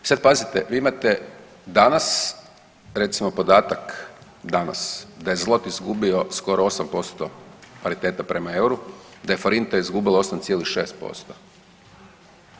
I sad pazite, vi imate danas, recimo podatak danas da je zlot izgubio skoro 8% pariteta prema euru, da je forinta izgubila 8,6%